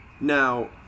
Now